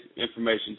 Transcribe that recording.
information